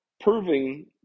proving